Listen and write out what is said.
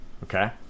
Okay